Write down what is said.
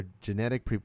genetic